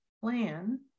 plan